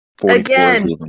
again